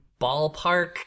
ballpark